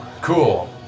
Cool